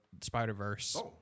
Spider-Verse